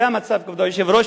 זה המצב, כבוד היושב-ראש.